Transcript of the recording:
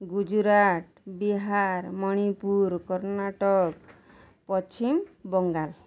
Gujarat Bihar Manipur Karnataka Paschimbanga